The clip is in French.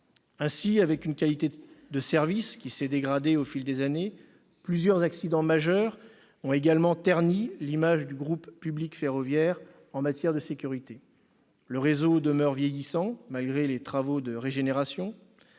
adaptation. La qualité de service s'est dégradée au fil des années et plusieurs accidents majeurs ont également terni l'image du groupe public ferroviaire en matière de sécurité. Le réseau demeure vieillissant, malgré les travaux de régénération.